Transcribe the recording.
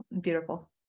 Beautiful